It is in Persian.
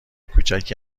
کوچکی